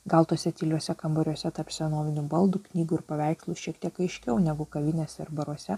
gal tuose tyliuose kambariuose tarp senovinių baldų knygų ir paveikslų šiek tiek aiškiau negu kavinėse ir baruose